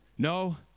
No